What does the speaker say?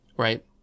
Right